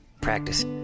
practice